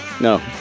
No